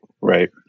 Right